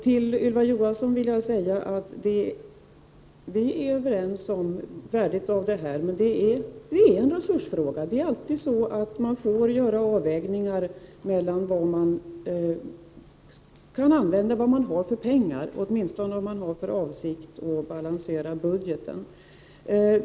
Till Ylva Johansson vill jag säga att vi är överens om värdet av det vpk i det här fallet föreslår, men det är en resursfråga — det är alltid så att man får göra avvägningar när det gäller vad de pengar man har skall användas till, åtminstone om man har för avsikt att balansera budgeten.